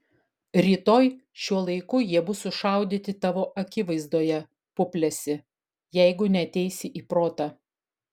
rytoj šiuo laiku jie bus sušaudyti tavo akivaizdoje puplesi jeigu neateisi į protą